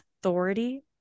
authority